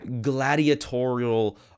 gladiatorial